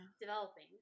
developing